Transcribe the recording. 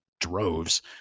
droves